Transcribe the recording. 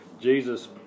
Jesus